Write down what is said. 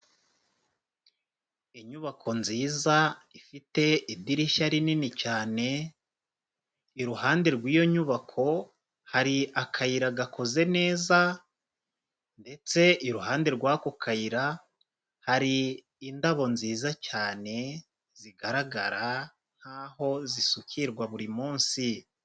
Inyubako nziza ifite idirishya rinini cyane, iruhande rw'iyo nyubako hari akayira gakoze neza, ndetse iruhande rw'ako kayira hari indabo nziza cyane zigaragara nkaho zisukirwa buri munsi.